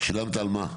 שילמת על מה?